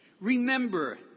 Remember